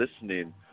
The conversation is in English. listening